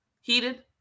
heated